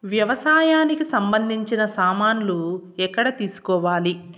వ్యవసాయానికి సంబంధించిన సామాన్లు ఎక్కడ తీసుకోవాలి?